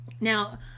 Now